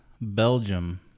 Belgium